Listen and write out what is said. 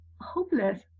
hopeless